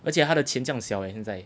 而且它的钱这样小勒现在